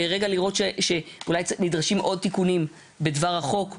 רגע לראות שאולי נדרשים עוד תיקונים בדבר החוק.